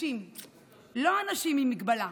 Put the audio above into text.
לא אנשים עם מגבלה,